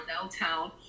downtown